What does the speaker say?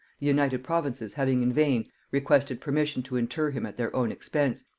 united provinces having in vain requested permission to inter him at their own expense,